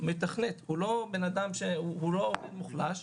לא עובד מוחלש,